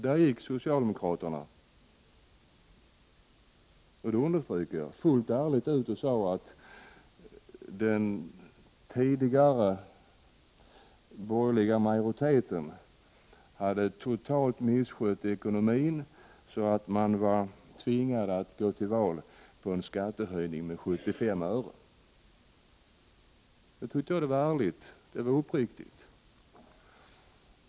Där gick socialdemokraterna fullt ärligt ut och sade att den tidigare borgerliga majoriteten totalt misskött ekonomin så att socialdemokraterna var tvingade att gå till val på en skattehöjning med 75 öre. Det tycker jag var ärligt och uppriktigt.